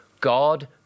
God